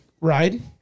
ride